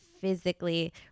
physically